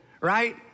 right